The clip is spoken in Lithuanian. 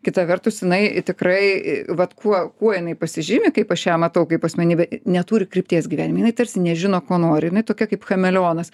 kita vertus jinai tikrai vat kuo kuo jinai pasižymi kaip aš ją matau kaip asmenybę neturi krypties gyvenime jinai tarsi nežino ko nori jinai tokia kaip chameleonas